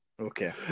Okay